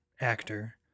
actor